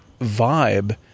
vibe